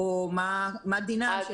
בבית, וזה